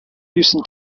houston